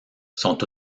sont